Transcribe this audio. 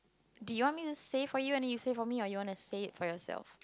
do you want me to say for you and then you say for me or you want to say it for yourself